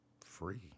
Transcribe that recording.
free